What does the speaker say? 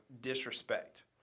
disrespect